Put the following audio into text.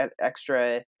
extra –